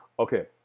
Okay